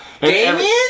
Damien